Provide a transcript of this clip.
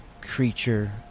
creature